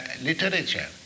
literature